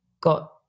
got